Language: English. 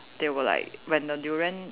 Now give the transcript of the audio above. they will like when the durian